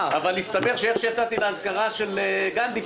אבל הסתבר שאיך שיצאתי מהאזכרה של גנדי,